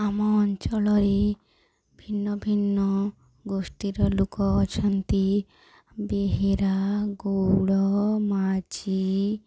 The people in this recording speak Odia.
ଆମ ଅଞ୍ଚଳରେ ଭିନ୍ନ ଭିନ୍ନ ଗୋଷ୍ଠୀର ଲୋକ ଅଛନ୍ତି ବେହେରା ଗଉଡ଼ ମାଝି